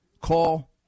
Call